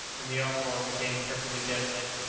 and the uproar became perfectly deafening.